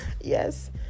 yes